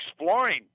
exploring